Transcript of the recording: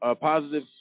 Positive